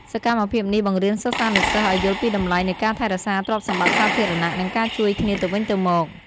សកម្មភាពនេះបង្រៀនសិស្សានុសិស្សឱ្យយល់ពីតម្លៃនៃការថែរក្សាទ្រព្យសម្បត្តិសាធារណៈ និងការជួយគ្នាទៅវិញទៅមក។